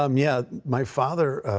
um yeah my father